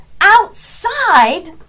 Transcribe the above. outside